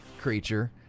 creature